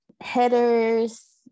headers